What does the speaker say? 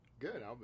Good